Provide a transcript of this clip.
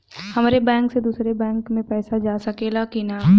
हमारे बैंक से दूसरा बैंक में पैसा जा सकेला की ना?